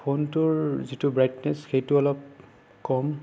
ফোনটোৰ যিটো ব্ৰাইটনেছ সেইটো অলপ কম